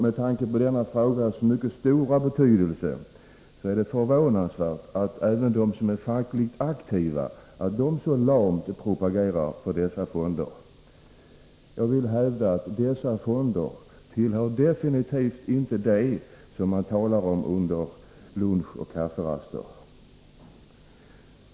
Med tanke på denna frågas mycket stora betydelse är det också förvånansvärt att även fackligt aktiva så lamt propagerar för fonderna. Dessa fonder tillhör definitivt inte det som man talar om under luncheller kafferaster.